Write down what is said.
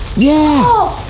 yeah